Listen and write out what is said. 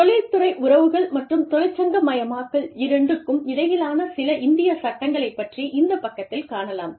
தொழில்துறை உறவுகள் மற்றும் தொழிற்சங்கமயமாக்கல் இரண்டுக்கும் இடையிலான சில இந்தியச் சட்டங்களை பற்றி இந்தப் பக்கத்தில் காணலாம்